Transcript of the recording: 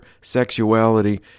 Sexuality